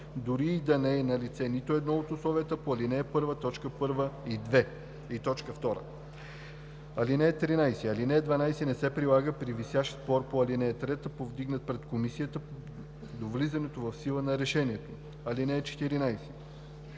дори и да не е налице нито едно от условията по ал. 1, т. 1 и 2. (13) Алинея 12 не се прилага при висящ спор по ал. 3, повдигнат пред Комисията, до влизането в сила на решението. (14)